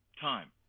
Time